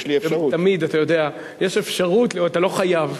תמיד יש אפשרות, אתה לא חייב.